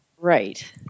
Right